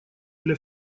для